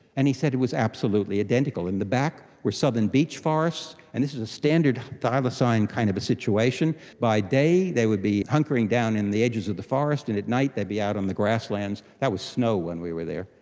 and he said it was absolutely identical. in the back were southern beech forests, and this is a standard thylacine kind of a situation. by day they would be hunkering down in the edges of the forest and at night they would be out in the grasslands, that was snow when we were there,